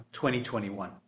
2021